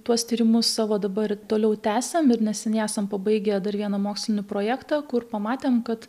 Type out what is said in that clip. tuos tyrimus savo dabar toliau tęsiam ir neseniai esam pabaigę dar vieną mokslinį projektą kur pamatėm kad